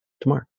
tomorrow